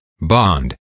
bond